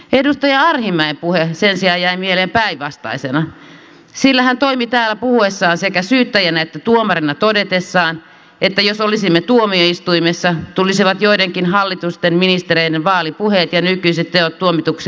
edustaja arhinmäen puhe sen sijaan jäi mieleen päinvastaisena sillä hän toimi täällä puhuessaan sekä syyttäjänä että tuomarina todetessaan että jos olisimme tuomioistuimessa tulisivat joidenkin hallituksen ministereiden vaalipuheet ja nykyiset teot tuomituksi rikoksina